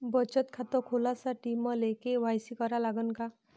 बचत खात खोलासाठी मले के.वाय.सी करा लागन का?